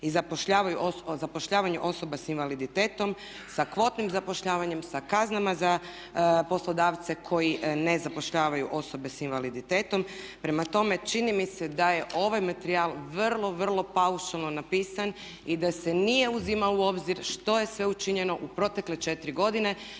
i zapošljavanju osoba s invaliditetom, sa kvotnim zapošljavanjem, sa kaznama za poslodavce koji ne zapošljavaju osobe s invaliditetom. Prema tome, čini mi se da je ovaj materijal vrlo, vrlo paušalno napisan i da se nije uzimalo u obzir što je sve učinjeno u protekle 4 godine